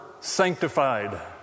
sanctified